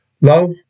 Love